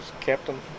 captain